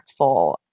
impactful